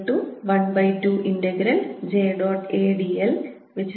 W12j